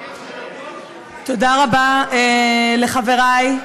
תודה רבה לחברַי,